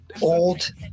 old